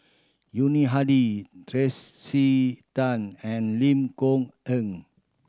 Yuni Hadi Trace C Tan and Lim Kok Ann